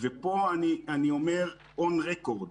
פה אני אומר on record: